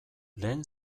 lehen